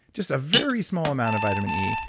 just a very small amount of vitamin e.